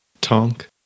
Tonk